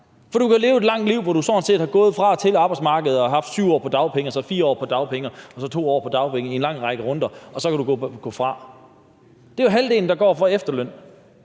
for du kan leve et langt liv, hvor du sådan set er gået til og fra arbejdsmarkedet, har været 7 år på dagpenge, så 4 år på dagpenge og så 2 år på dagpenge i en lang række omgange, og så kan du gå fra. Det er jo halvdelen, der går fra på efterløn.